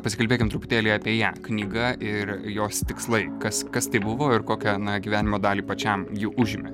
pasikalbėkim truputėlį apie ją knyga ir jos tikslai kas kas tai buvo ir kokią na gyvenimo dalį pačiam jį užėmė